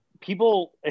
People